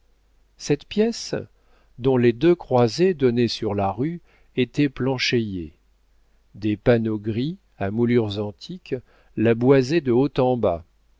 cette pièce dont les deux croisées donnaient sur la rue était planchéiée des panneaux gris à moulures antiques la boisaient de haut en bas